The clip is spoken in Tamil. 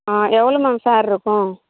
ஆ எவ்வளோ மேம் ஃபேர் இருக்கும்